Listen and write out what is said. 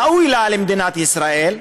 ראוי לה למדינת ישראל,